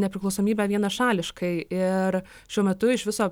nepriklausomybę vienašališkai ir šiuo metu iš viso